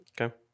Okay